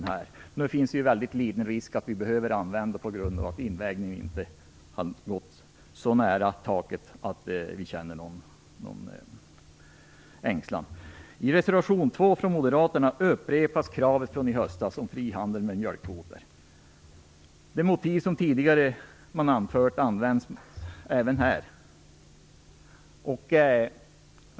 Nu är risken mycket liten att vi behöver använda dessa pengar, eftersom invägningen inte nått så nära taket att vi känner någon ängslan. I reservation 2 från Moderaterna upprepas kravet från i höstas om frihandel med mjölkkvoter. Det motiv som man tidigare anfört används även här.